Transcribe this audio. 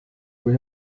kui